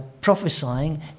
prophesying